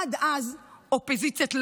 עד אז, אופוזיציית לא-לא,